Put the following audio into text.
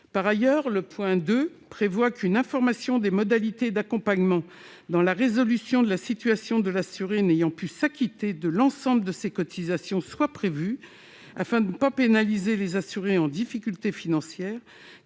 Par ailleurs, cet amendement vise à prévoir une information des modalités d'accompagnement en vue de la résolution de la situation de l'assuré n'ayant pu s'acquitter de l'ensemble de ses cotisations, afin de ne pas pénaliser ceux qui, en difficulté financière,